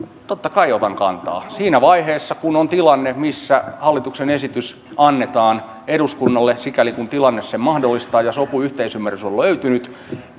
totta kai otan kantaa siinä vaiheessa kun on tilanne missä hallituksen esitys annetaan sikäli kun tilanne sen mahdollistaa ja sopu ja yhteisymmärrys on löytynyt